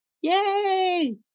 yay